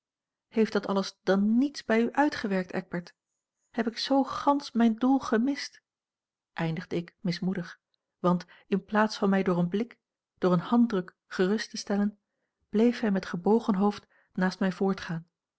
heeft dat alles dan niets bij u uitgewerkt eckbert heb a l g bosboom-toussaint langs een omweg ik zoo gansch mijn doel gemist eindigde ik mismoedig want in plaats van mij door een blik door een handdruk gerust te stellen bleef hij met gebogen hoofd naast mij voortgaan